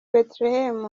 bethlehem